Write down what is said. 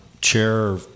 chair